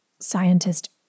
scientist